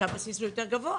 ששם הבסיס גבוה יותר.